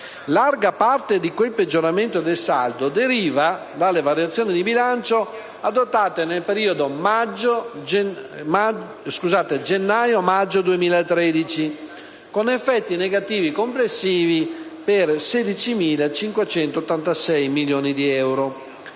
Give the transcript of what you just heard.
Larga parte di quel peggioramento del saldo deriva dalle variazioni di bilancio adottate nel periodo gennaio-maggio 2013, con effetti negativi complessivi per 16.586 milioni di euro.